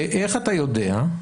ואיך אתה יודע?